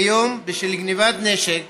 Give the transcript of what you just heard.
כיום בשל גנבת נשק